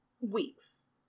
weeks